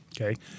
Okay